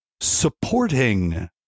supporting